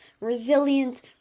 resilient